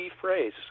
phrase